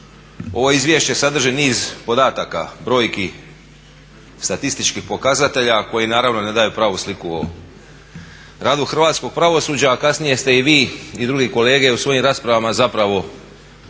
ovo izvješće sadrži niz podataka, brojki, statističkih pokazatelja koji naravno ne daju pravu sliku o radu hrvatskog pravosuđa, a kasnije ste i vi i drugi kolege u svojim raspravama zapravo počeli